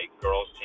girls